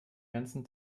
ganzen